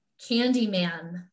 Candyman